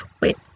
wait